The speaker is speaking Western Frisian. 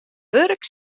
wurk